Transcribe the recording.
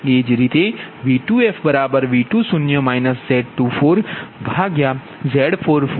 એ જ રીતે V2fV20 Z24Z44V401